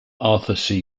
arthur